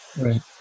right